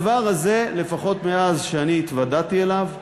לפחות מאז שאני התוודעתי אליו,